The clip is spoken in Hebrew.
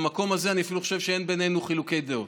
במקום הזה אני אפילו חושב שאין בינינו חילוקי דעות.